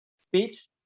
speech